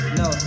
no